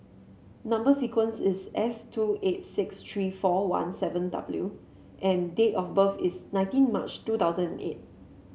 number sequence is S two eight six three four one seven W and date of birth is nineteen March two thousand and eight